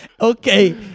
Okay